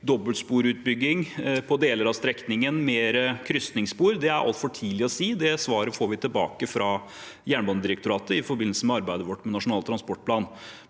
dobbeltsporutbygging på deler av strekningen eller mer krysningsspor, er altfor tidlig å si. Det svaret får vi fra Jernbanedirektoratet i forbindelse med arbeidet vårt med Nasjonal transportplan.